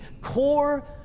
core